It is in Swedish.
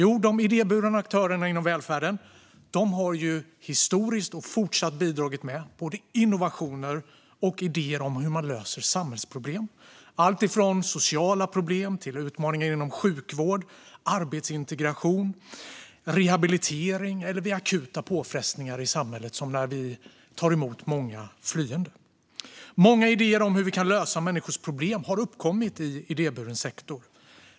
Jo, de idéburna aktörerna inom välfärden har historiskt och fortsatt bidragit med både innovationer och idéer om hur man löser samhällsproblem, alltifrån sociala problem och utmaningar inom sjukvård, arbetsintegration och rehabilitering till akuta påfrestningar i samhället, som när vi tar emot många flyende. Många idéer om hur vi kan lösa människors problem har uppkommit i idéburen sektor.